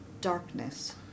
darkness